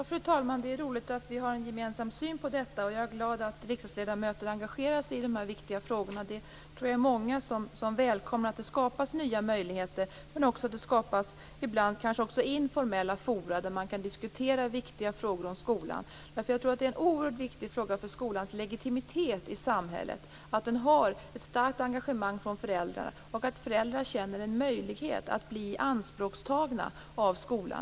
Fru talman! Det är roligt att vi har en gemensam syn på detta. Jag är glad att riksdagsledamöter engagerar sig i de här viktiga frågorna. Jag tror att det är många som välkomnar att det skapas nya möjligheter, men kanske också att det skapas informella forum där man kan diskutera viktiga frågor om skolan. Jag tror att det är oerhört viktigt för skolans legitimitet i samhället att föräldrar har ett starkt engagemang i den och att föräldrar känner en möjlighet att bli ianspråktagna av skolan.